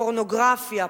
פורנוגרפיה,